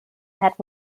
had